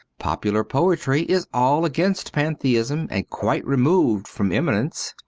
popular poetry is all against pantheism and quite removed from immanence.